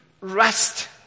rest